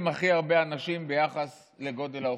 הכי הרבה אנשים ביחס לגודל האוכלוסייה.